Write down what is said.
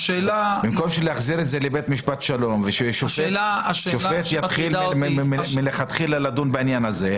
במקום להחזיר את זה לבית משפט שלום ושופט יתחיל מהתחלה לדון בעניין הזה,